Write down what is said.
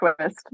twist